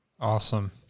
Awesome